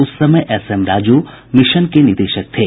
उस समय SM Raju mission के निदेशक थे